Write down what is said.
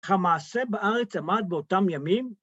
המעשה בארץ עמד באותם ימים?